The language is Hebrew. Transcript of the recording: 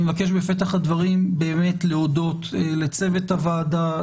אני מבקש בפתח הדברים באמת להודות לצוות הוועדה,